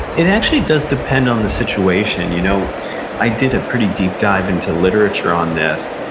it actually does depend on the situation. and you know i did a pretty deep dive into literature on this,